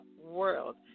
world